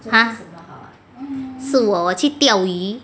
ha 是我我去钓鱼